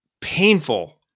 Painful